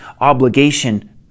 obligation